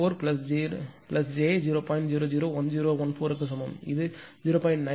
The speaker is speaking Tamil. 001014 க்கு சமம் இது 0